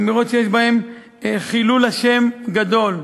אמירות שיש בהן חילול השם גדול.